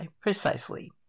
precisely